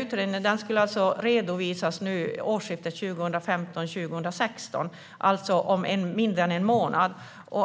Utredningen skulle ha redovisats nu vid årsskiftet 2015/16, alltså om ungefär en månad.